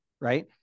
Right